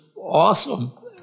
awesome